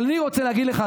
אבל אני רוצה להגיד לך,